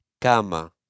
Cama